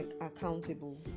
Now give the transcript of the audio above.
accountable